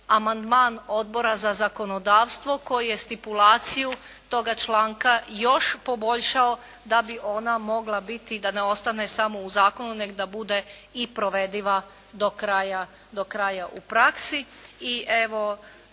amandman Odbora za zakonodavstvo koji je stipulaciju toga članka još poboljšao da bi ona mogla biti, da ne ostane samo u zakonu nego da bude i provediva do kraja u praksi.